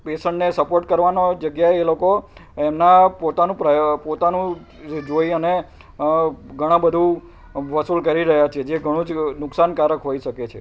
પેશન્ટને સપોટ કરવાને જગ્યાએ લોકો એમના પોતાનું પોતાનું જોઈ અને ઘણા બધું વસૂલ કરી રહ્યા છે જે ઘણું જ નુકસાનકારક હોઈ શકે છે